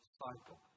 cycle